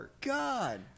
God